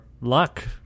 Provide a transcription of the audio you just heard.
luck